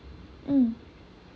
mm